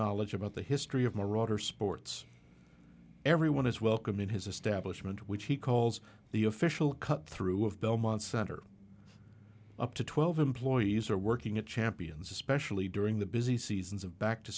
knowledge about the history of marauder sports everyone is welcome in his establishment which he calls the official cut through of belmont center up to twelve employees are working at champions especially during the busy seasons of back to